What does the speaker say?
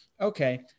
okay